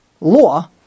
law